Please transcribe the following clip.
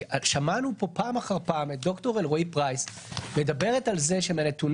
כי שמענו פה פעם אחר פעם את ד"ר אלרעי-פרייס מדברת על זה שמהנתונים